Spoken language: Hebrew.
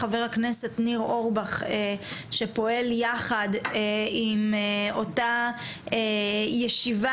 חבר הכנסת ניר אורבך שפועל יחד עם אותה ישיבה,